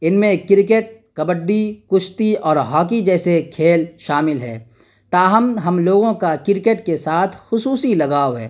ان میں کرکٹ کبڈی کشتی اور ہاکی جیسے کھیل شامل ہے تاہم ہم لوگوں کا کرکٹ کے ساتھ خصوصی لگاؤ ہے